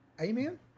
Amen